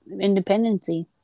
independency